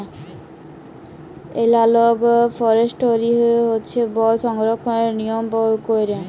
এলালগ forestry হছে বল সংরক্ষলের লিয়ম ক্যইরে